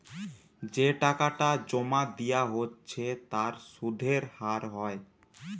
যে টাকাটা জোমা দিয়া হচ্ছে তার সুধের হার হয়